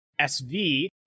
SV